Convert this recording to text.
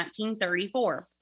1934